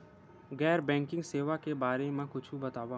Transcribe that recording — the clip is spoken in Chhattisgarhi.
गैर बैंकिंग सेवा के बारे म कुछु बतावव?